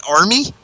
Army